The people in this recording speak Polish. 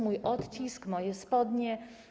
Mój odcisk moje spodnie/